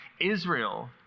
Israel